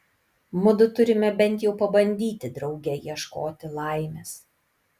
mudu turime bent jau pabandyti drauge ieškoti laimės